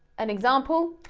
an example,